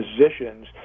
physicians